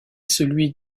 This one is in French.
celui